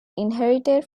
inherited